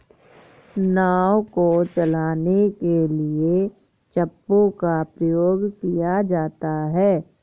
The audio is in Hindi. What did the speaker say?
नाव को चलाने के लिए चप्पू का प्रयोग किया जाता है